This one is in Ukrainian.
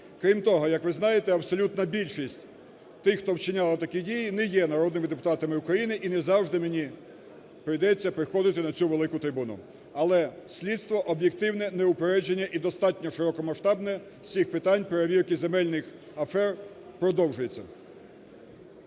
Крім того, як ви знаєте, абсолютна більшість тих, хто вчиняло такі дії, не є народними депутатами України і не завжди мені прийдеться приходити на цю велику трибуну. Але слідство об'єктивне, неупереджене і достатньо широкомасштабне з цих питань перевірки земельних афер продовжується.